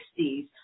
1960s